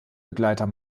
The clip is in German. begleiter